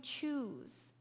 choose